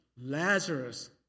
Lazarus